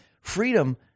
Freedom